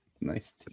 Nice